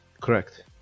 correct